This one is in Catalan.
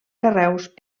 carreus